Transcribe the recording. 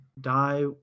die